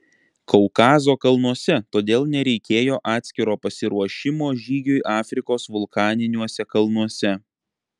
kaukazo kalnuose todėl nereikėjo atskiro pasiruošimo žygiui afrikos vulkaniniuose kalnuose